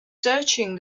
searching